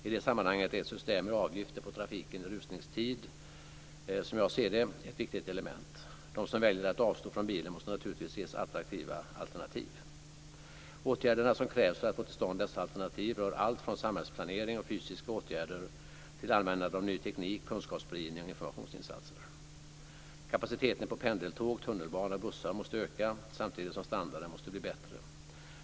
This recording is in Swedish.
I det sammanhanget är ett system med avgifter på trafiken i rusningstid som jag ser det ett viktigt element. De som väljer att avstå från bilen måste naturligtvis ges attraktiva alternativ. Åtgärderna som krävs för att få till stånd dessa alternativ rör allt från samhällsplanering och fysiska åtgärder till användande av ny teknik, kunskapsspridning och informationsinsatser. Kapaciteten på pendeltåg, tunnelbana och bussar måste öka samtidigt som standarden måste bli bättre.